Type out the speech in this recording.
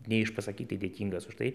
neišpasakytai dėkingas už tai